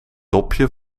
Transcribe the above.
dopje